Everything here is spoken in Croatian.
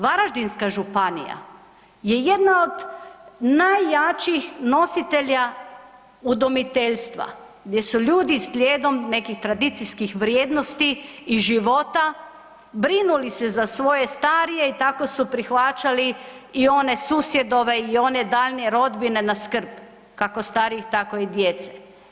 Varaždinska županija je jedna od najjačih nositelja udomiteljstva, gdje su ljudi slijedom nekih tradicijskih vrijednosti iz života brinuli se za svoje starije i tako su prihvaćali i one susjedove i one daljnje rodbine na skrb, kako starijih, tako i djece.